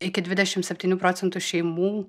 iki dvidešimt septynių procentų šeimų